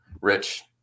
Rich